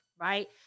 right